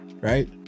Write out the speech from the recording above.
right